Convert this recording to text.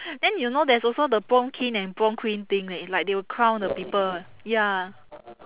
then you know there's also the prom king and prom queen thing leh like they will crown the people ya